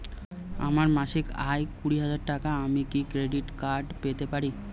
আমার মাসিক আয় কুড়ি হাজার টাকা আমি কি ক্রেডিট কার্ড পেতে পারি?